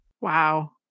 Wow